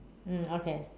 mm okay